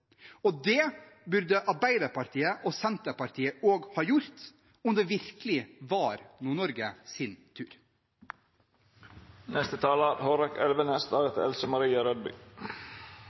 Og det burde Arbeiderpartiet og Senterpartiet også ha gjort, om det virkelig var